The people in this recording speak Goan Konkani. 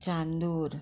चांदूर